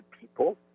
people